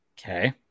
Okay